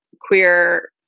queer